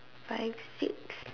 five six